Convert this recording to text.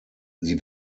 sie